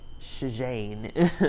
Shane